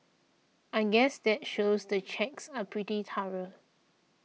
I guess that shows the checks are pretty thorough